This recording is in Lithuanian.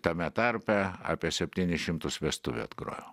tame tarpe apie septynis šimtus vestuvių atgrojau